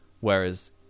Whereas